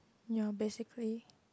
ya basically